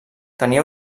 tenia